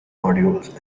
nodules